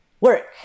work